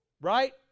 Right